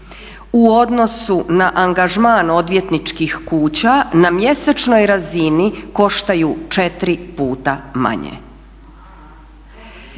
u odnosu na angažman odvjetničkih kuća na mjesečnoj razini koštaju 4 puta manje.